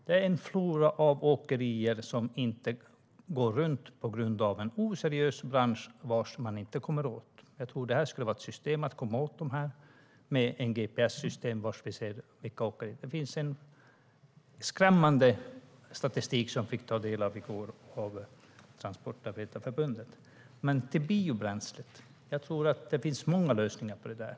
Det är en flora av åkerier som inte går runt på grund av en oseriös bransch som man inte kommer åt. Det skulle kunna vara ett sätt att komma åt det med ett gps-system så att vi ser vilka åkare det är. Det finns en skrämmande statistik som vi fick ta del av i går av Transportarbetarförbundet. Jag går tillbaka till biobränslet. Det finns många lösningar.